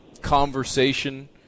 conversation